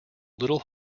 little